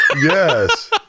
yes